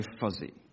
fuzzy